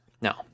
No